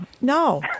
no